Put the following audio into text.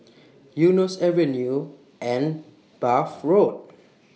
Eunos Avenue and Bath Road